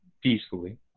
peacefully